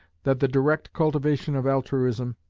that the direct cultivation of altruism,